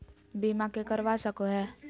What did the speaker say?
बीमा के करवा सको है?